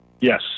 Yes